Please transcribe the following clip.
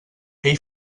ell